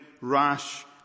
rash